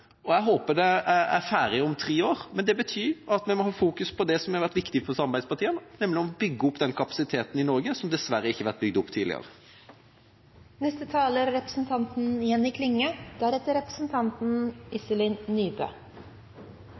og jeg håper det er ferdig om tre år, men det betyr at vi må ha fokus på det som har vært viktig for samarbeidspartiene, nemlig å bygge opp den kapasiteten i Norge som dessverre ikke har blitt bygd opp tidligere. Eg vil først berre gjere ein ting klart: Det er